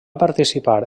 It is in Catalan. participar